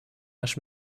наш